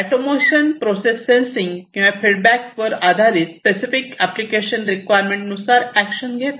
automation process sensing किंवा feedback वर आधारित स्पेसिफिक एप्लीकेशन रिक्वायरमेंट नुसार ऍक्शन घेतात